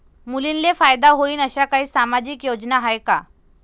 मुलींले फायदा होईन अशा काही सामाजिक योजना हाय का?